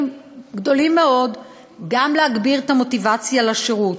גדולים מאוד להגביר את המוטיבציה לשירות.